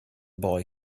boy